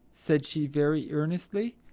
said she very earnestly,